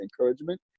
encouragement